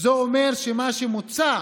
זה אומר שמה שמוצע